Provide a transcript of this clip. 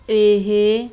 ਇਹ